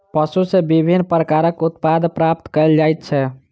पशु सॅ विभिन्न प्रकारक उत्पाद प्राप्त कयल जाइत छै